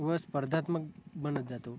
व स्पर्धात्मक बनत जातो